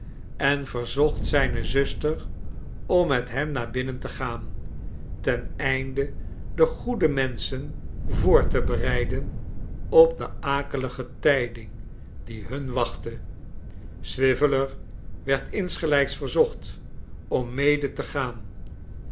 en verzocht zijnezuster orii met hem naar binnen te gaan ten einde de goede menschen voor te bereiden op de akelige tijding die hun wachtte swiveller werd insgelijks verzocht om mede te gaan